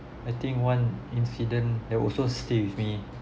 I think one incident that also stay with me